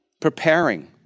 preparing